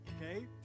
okay